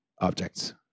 objects